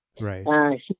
right